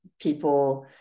people